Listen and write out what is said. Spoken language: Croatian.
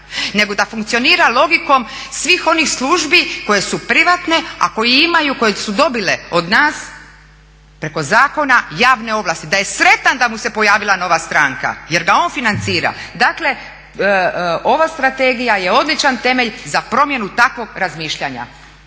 nego da funkcionira logikom svih onih službi koje su privatne, a koje imaju, koje su dobile od nas preko zakona javne ovlasti. Da je sretan da mu se pojavila nova stranka jer ga on financira. Dakle, ova strategija je odličan temelj za promjenu takvog razmišljanja.